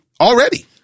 already